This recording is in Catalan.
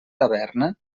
taverna